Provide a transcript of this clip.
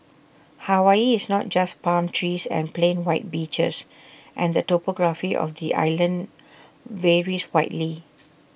Hawaii is not just palm trees and plain white beaches and the topography of the islands varies widely